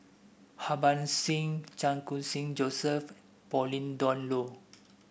Harbans Singh Chan Khun Sing Joseph and Pauline Dawn Loh